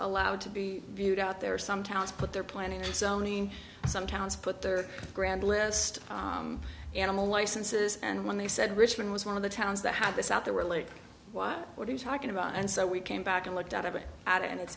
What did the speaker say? allowed to be viewed out there some towns put their planning and zoning some towns put their grand list animal licenses and when they said richmond was one of the towns that had this out there were like wow what are you talking about and so we came back and looked at it at it and